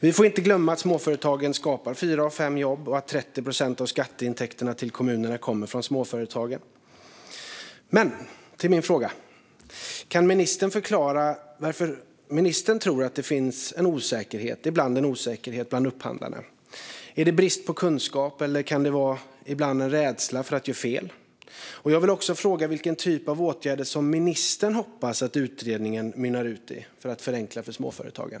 Vi får inte glömma att småföretagen skapar fyra av fem jobb och att 30 procent av skatteintäkterna till kommunerna kommer från småföretagen. Till min fråga: Kan ministern förklara varför det ibland finns en osäkerhet bland upphandlarna? Är det brist på kunskap, eller kan det ibland finnas en rädsla för att göra fel? Jag vill också fråga: Vilken typ av åtgärder hoppas ministern att utredningen mynnar ut i för att förenkla för småföretagen?